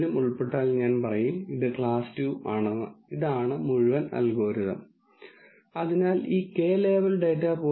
ഒരു ടെക്നിക്കിന്റെ വക്താവ് പറയും ഇത് ഏറ്റവും വലിയ ടെക്നിക്കണെന്ന് മറ്റൊരു ടെക്നിക്കിന്റെ വക്താവ് പറയും ഇത് ഒരു മികച്ച ടെക്നിക്കണെന്ന് ഈ സംവാദം അങ്ങനെ തുടരുകയും ചെയ്യുന്നു